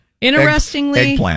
Interestingly